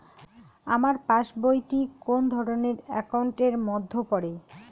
আমার পাশ বই টি কোন ধরণের একাউন্ট এর মধ্যে পড়ে?